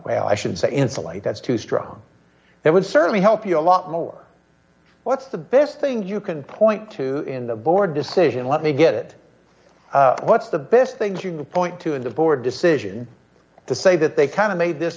way i should say insulate that's too strong they would certainly help you a lot more what's the best thing you can point to in the board decision let me get it what's the best thing to point to in the board decision to say that they kind of made this